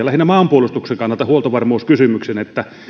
lähinnä huoltovarmuuskysymyksen luulen että